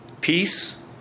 peace